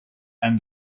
and